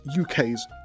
UK's